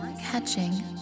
catching